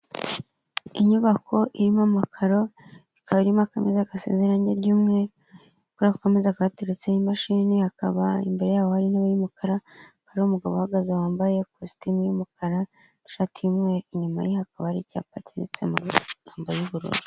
Inyubako irimo amakaro, ikaba irimo akameza gasize irange ry'umweru, kuri ako kameza hakaba hateretseho imashini, hakaba imbere yabo hari intebe y'umukara, hari umugabo uhagaze wambaye ikositimu y'umukara, ishati y'imweru, inyuma ye hakaba hari icyapa cyanditse mu magambo y'ubururu.